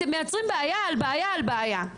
אתם מייצרים בעיה על בעיה על בעיה.